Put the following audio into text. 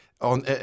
on